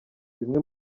bimwe